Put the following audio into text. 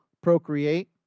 procreate